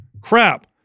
crap